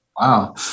Wow